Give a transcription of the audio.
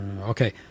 Okay